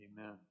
amen